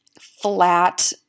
flat